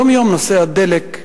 יום-יום נושא הדלק,